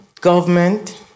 government